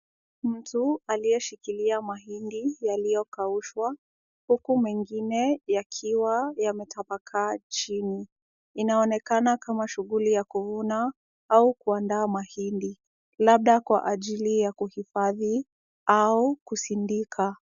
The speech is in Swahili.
Mtu aliyeshikilia mahindi yaliyokaushwa, huku mengine yakiwa yametapakaa chini. Inaonekana kama shughuli ya kuvuna au kuandaa mahindi, labda kwa ajili ya kuhifadhi au kusindika.